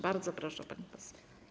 Bardzo proszę, pani poseł.